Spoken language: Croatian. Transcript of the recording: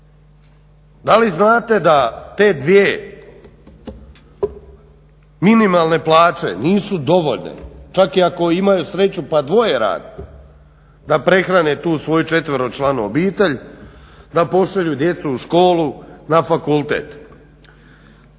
Da li znate da te dvije minimalne plaće nisu dovoljne, čak i ako imaju sreću pa dvoje radi da prehrane tu svoju 4-članu obitelj, da pošalju djecu u školu, na fakultet.